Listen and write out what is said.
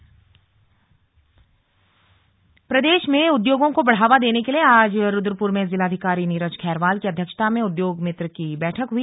उद्योग मित्र बैठक प्रदेश में उद्योगों को बढ़ावा देने के लिए आज रुद्रपुर में जिलाधिकारी नीरज खैरवाल की अध्यक्षता में उद्योग मित्र की बैठक हई